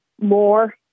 more